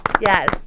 Yes